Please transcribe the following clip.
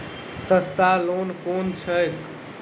सस्ता लोन केँ छैक